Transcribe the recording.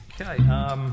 Okay